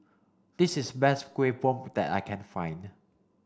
this is best Kueh Bom that I can find